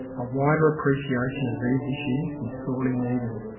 a wider appreciation of these issues is sorely needed.